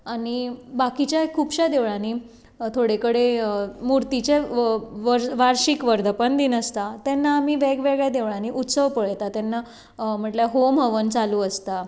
आनी बाकीच्या खुबश्यां देवळांनी थोडे कडेन मुर्तीचे वार्शिक वर्धापन दिन आसता तेन्ना आमी वेगवेगळ्या देवळांनी उत्सव पळयता तेन्ना म्हटल्यार होम हवन चालु आसता